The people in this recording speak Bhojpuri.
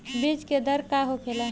बीज के दर का होखेला?